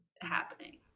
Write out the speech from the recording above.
happening